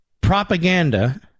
Propaganda